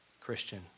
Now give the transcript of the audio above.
Christian